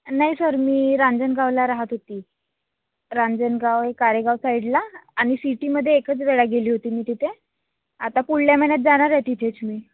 नाही सर मी रांजनगावला राहात होते रांजनगाव आहे काळेगाव साईडला आणि सिटीमध्ये एकच वेळा गेले होते मी तिथे आता पुढल्या महिन्यात जाणार आहे तिथेच मी